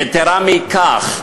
יתרה מכך,